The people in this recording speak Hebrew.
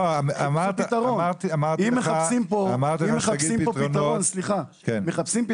אמרתי לך שתגיד פתרונות --- אם מחפשים פה